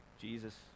Jesus